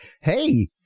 Hey